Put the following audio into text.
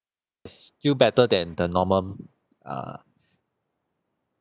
still better than the normal err